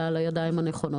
הוא הנמוך בעולם.